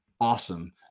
awesome